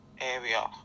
area